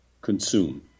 consume